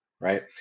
right